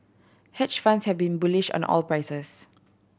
hedge funds have been bullish on the oil prices